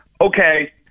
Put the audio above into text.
okay